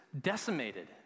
decimated